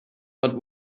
but